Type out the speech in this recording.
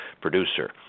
producer